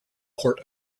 court